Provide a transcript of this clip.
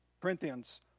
Corinthians